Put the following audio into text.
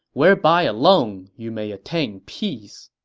whereby alone you may attain peace.